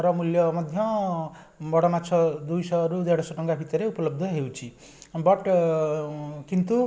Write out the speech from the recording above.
ର ମୂଲ୍ୟ ମଧ୍ୟ ବଡ଼ ମାଛ ଦୁଇଶହରୁ ଦେଢ଼ଶହ ଟଙ୍କା ଭିତରେ ଉପଲବ୍ଧ ହେଉଛି ବଟ୍ କିନ୍ତୁ